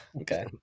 Okay